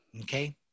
Okay